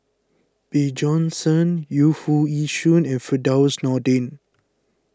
Bjorn Shen Yu Foo Yee Shoon and Firdaus Nordin